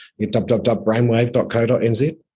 www.brainwave.co.nz